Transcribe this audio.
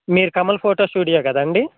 మీరు Kamal photo studio కదండి